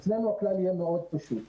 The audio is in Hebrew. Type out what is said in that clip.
אצלנו הכלל יהיה מאוד פשוט.